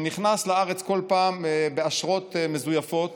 שנכנס לארץ כל פעם באשרות מזויפות,